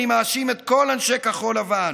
אני מאשים את כל אנשי כחול לבן,